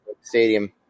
Stadium